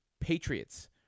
Patriots